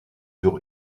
sur